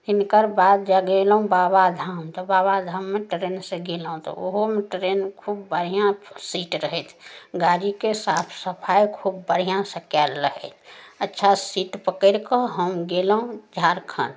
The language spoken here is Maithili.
हिनकर बाद जे गेलहुॅं बाबाधाम तऽ बाबाधाममे ट्रेन से गेलहुॅं तऽ ओहोमे ट्रेन खूब बढ़िऑं सीट रहै गाड़ीके साफ सफाइ खूब बढ़िऑं से कएल रहै अच्छा सीट पकड़ि कऽ हम गेलहुॅं झारखंड